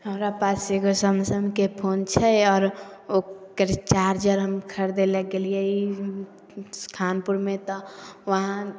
हमरा पास एगो सैमसंगके फोन छै आओर ओकर चार्जर हम खरिदै लए गेलियै खानपुरमे तऽ वहाँ